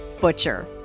Butcher